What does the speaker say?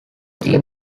team